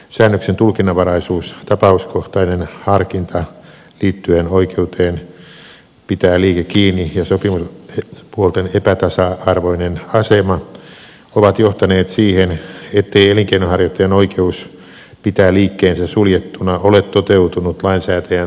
säännöksen tulkinnanvaraisuus tapauskohtainen harkinta liittyen oikeuteen pitää liike kiinni ja sopimuspuolten epätasa arvoinen asema ovat johtaneet siihen ettei elinkeinonharjoittajan oikeus pitää liikkeensä suljettuna ole toteutunut lainsäätäjän tarkoittamalla tavalla